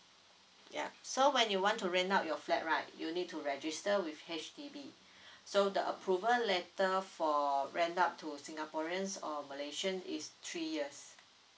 ya so when you want to rent out your flat right you need to register with H_D_B so the approval letter for rent out to singaporeans or malaysians is three years